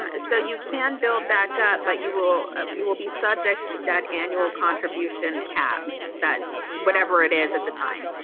um so you can build back up but you will ah you will be subject to that annual contribution cap that whatever it is at the time